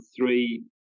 three